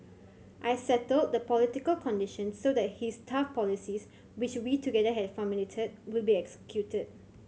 I settled the political conditions so that his tough policies which we together had formulated would be executed